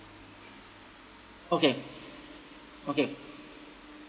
okay okay